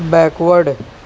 back ward